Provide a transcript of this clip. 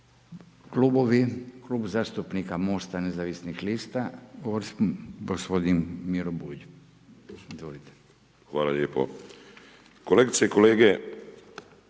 klubovi, klub zastupnika Mosta nezavisnih lista, gospodin Miro Bulj. **Bulj, Miro (MOST)** Hvala lijepo. Kolegice i kolege,